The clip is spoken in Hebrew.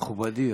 מכובדי,